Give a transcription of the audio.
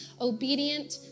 obedient